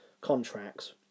contracts